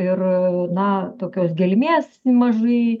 ir na tokios gelmės mažai